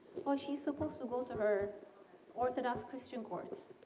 well, she's supposed to go to her orthodox christian courts,